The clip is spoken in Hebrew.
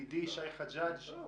שי חג'ג', בבקשה.